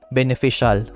Beneficial